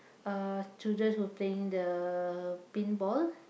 uh children who playing the pinball